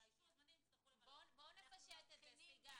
באישור הזמני הם יצטרכו --- בואו נפשט מבדילים